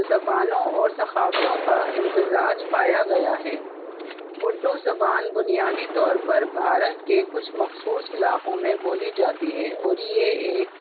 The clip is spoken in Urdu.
زبانوں اور ثقافتوں کا امتزاج پایا گیا ہے بوڑو زبان بنیادی طور پر بھارت کے کچھ مخصوص علاقوں میں بولی جاتی ہے اور یہ ایک